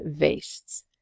wastes